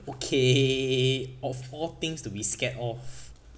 okay of all things to be scared of